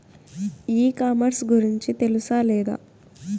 ఈ కామర్స్ గురించి తెలుసా లేదా?